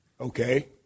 Okay